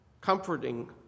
comforting